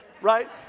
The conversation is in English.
Right